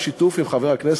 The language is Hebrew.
בשיתוף עם חבר הכנסת,